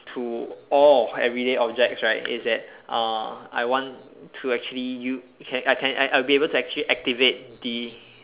to all of everyday objects right is that uh I want to actually you can I can I I will be able to actually activate the